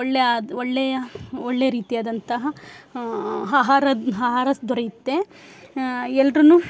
ಒಳ್ಳೇ ಅದು ಒಳ್ಳೆಯ ಒಳ್ಳೆ ರೀತಿಯಾದಂತಹ ಆಹಾರ ಆಹಾರ ದೊರೆಯುತ್ತೆ ಎಲ್ರು